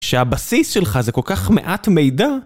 שהבסיס שלך זה כל-כך מעט מידע?